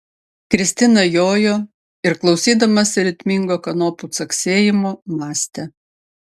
kristina jojo ir klausydamasi ritmingo kanopų caksėjimo mąstė